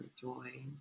joy